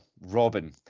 Robin